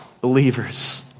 believers